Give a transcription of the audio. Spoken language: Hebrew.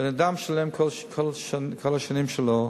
בן-אדם משלם כל השנים שלו